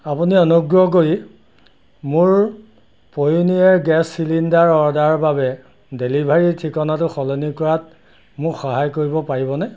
আপুনি অনুগ্ৰহ কৰি মোৰ গেছ চিলিণ্ডাৰৰ অৰ্ডাৰৰ বাবে ডেলিভাৰী ঠিকনাটো সলনি কৰাত মোক সহায় কৰিব পাৰিবনে